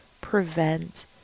prevent